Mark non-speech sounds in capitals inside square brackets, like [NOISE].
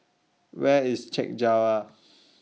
Where IS Chek Jawa [NOISE]